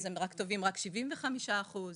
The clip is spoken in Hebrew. הם תובעים רק 75 אחוזים